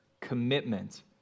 commitment